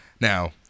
Now